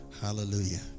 Hallelujah